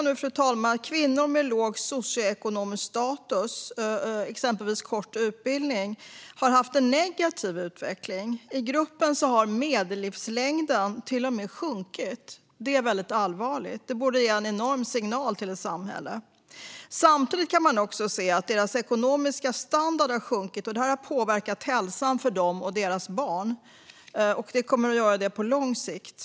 Vi kan nu se att kvinnor med låg socioekonomisk status, exempelvis med kort utbildning, har haft en negativ utveckling. I gruppen har medellivslängden till och med sjunkit. Det är väldigt allvarligt. Det borde sända en enorm signal till ett samhälle. Samtidigt kan man också se att deras ekonomiska standard har sjunkit. Det har påverkat hälsan för dem och deras barn, och det kommer att göra det på lång sikt.